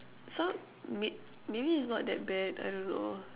so may~ maybe it's not that bad I don't know